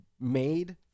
made